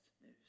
news